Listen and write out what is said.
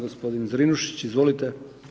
Gospodin Zrinušić, izvolite.